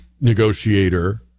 negotiator